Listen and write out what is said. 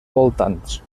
voltants